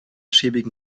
schäbigen